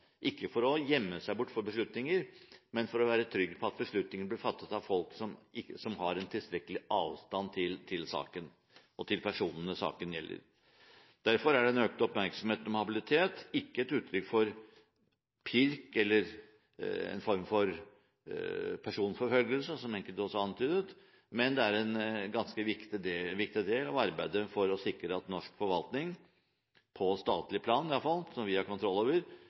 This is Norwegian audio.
ikke for å gjemme seg bort fra beslutninger, men for å være trygg på at beslutninger blir fattet av folk som har en tilstrekkelig avstand til saken og til personene saken gjelder. Derfor er den økte oppmerksomheten om habilitet ikke et uttrykk for pirk eller en form for personforfølgelse, som enkelte også har antydet, men det er en ganske viktig del av arbeidet for å sikre at norsk forvaltning – på statlig plan i alle fall, som vi har kontroll over